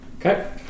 Okay